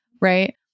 Right